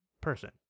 person